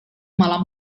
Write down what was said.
malam